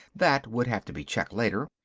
that would have to be checked later.